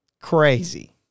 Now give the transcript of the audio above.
crazy